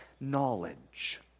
knowledge